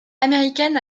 américaine